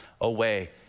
away